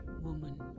woman